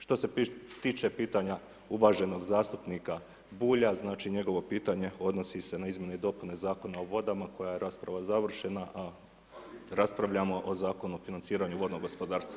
Šta se tiče pitanja uvaženog zastupnika Bulja, znači njegovo pitanje odnosi se na izmjene i dopune Zakona o vodama koja je rasprava završena, a raspravljamo o Zakonu o financiranju vodnog gospodarstva.